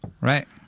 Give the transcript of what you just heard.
Right